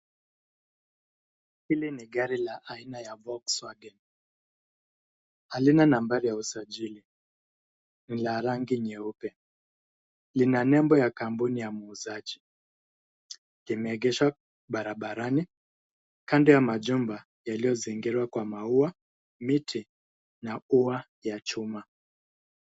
Hili ni gari la aina ya Volkswagen halina nambari ya usajili ni la rangi nyeupe lina nembo ya kampuni ya muuzaji limeegeshwa barabarani kando ya majumba yaliyozingirwa kwa maua miti na ua ya chuma.